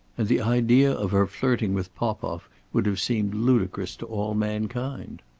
and the idea of her flirting with popoff would have seemed ludicrous to all mankind.